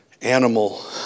animal